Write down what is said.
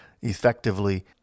effectively